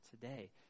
today